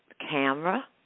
camera